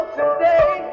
today